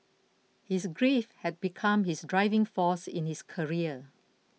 his grief had become his driving force in his career